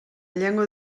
llengua